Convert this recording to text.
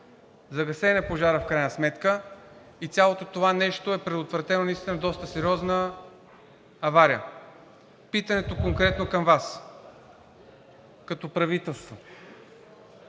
Загасен е пожарът в крайна сметка и цялото това нещо е предотвратило наистина доста сериозна авария. Питането конкретно към Вас като правителство: